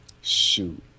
Shoot